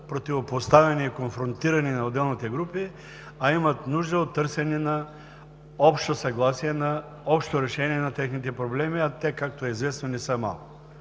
противопоставяне и конфронтиране на отделните групи, а имат нужда от търсене на общо съгласие, на общо решение на техните проблеми. А те, както е известно, не са малко.